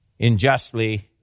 injustly